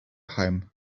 home